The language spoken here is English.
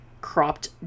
Cropped